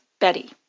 Betty